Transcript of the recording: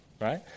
right